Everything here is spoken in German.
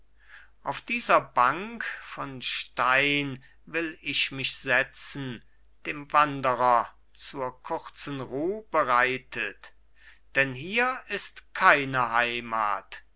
auf dieser bank von stein will ich mich setzen dem wanderer zur kurzen ruh bereitet denn hier ist keine heimat